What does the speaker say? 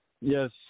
Yes